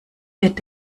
wird